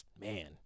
man